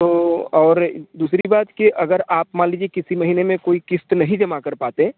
तो और दूसरी बात की अगर आप मान लीजिए किसी महीने मे कोई किस्त नहीं जमा कर पाते